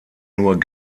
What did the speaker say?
nur